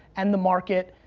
and the market,